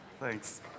Thanks